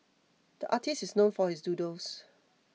the artist is known for his doodles